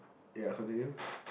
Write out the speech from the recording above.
ya continue